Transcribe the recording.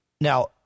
Now